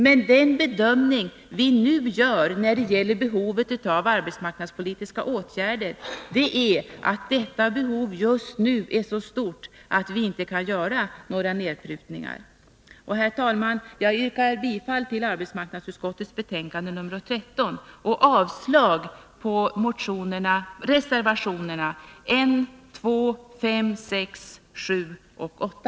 Men den bedömning vi nu gör i fråga om behovet av arbetsmarknadspolitiska åtgärder är att detta behov just nu är så stort att vi inte kan göra några nedprutningar. Herr talman! Jag yrkar bifall till arbetsmarknadsutskottets hemställan i betänkandet nr 13 och avslag på reservationerna 1, 2, 5, 6, 7 och 8.